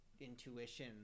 intuition